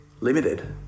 limited